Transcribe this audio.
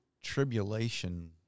tribulation